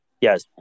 Yes